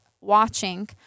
watching